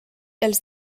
els